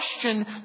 question